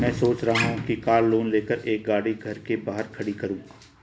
मैं सोच रहा हूँ कि कार लोन लेकर एक गाड़ी घर के बाहर खड़ी करूँ